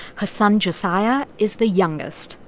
her son josiah is the youngest,